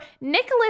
Nicholas